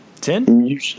ten